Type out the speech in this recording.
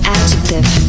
Adjective